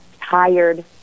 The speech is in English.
tired